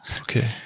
Okay